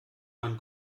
man